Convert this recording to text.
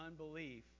unbelief